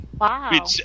wow